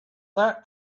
that